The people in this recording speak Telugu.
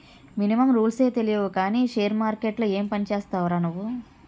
మినిమమ్ రూల్సే తెలియవు కానీ షేర్ మార్కెట్లో ఏం పనిచేస్తావురా నువ్వు?